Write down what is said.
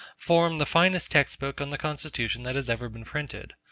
form the finest textbook on the constitution that has ever been printed.